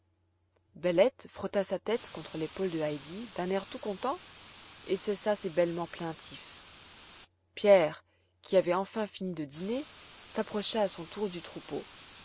bellette frotta sa tête contre l'épaule de heidi d'un air tout content et cessa ses bêlements plaintifs pierre qui avait enfin fini de dîner s'approcha à son tour du troupeau